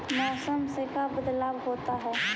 मौसम से का बदलाव होता है?